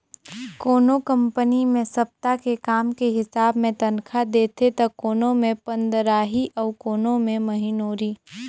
कोनो कंपनी मे सप्ता के काम के हिसाब मे तनखा देथे त कोनो मे पंदराही अउ कोनो मे महिनोरी